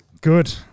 Good